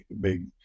big